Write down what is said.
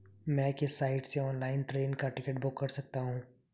मैं किस साइट से ऑनलाइन ट्रेन का टिकट बुक कर सकता हूँ?